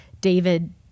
David